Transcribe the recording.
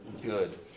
good